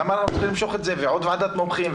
למה אנחנו צריכים למשוך את זה ועוד ועדת מומחים,